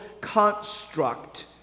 construct